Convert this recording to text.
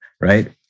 right